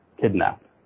kidnapped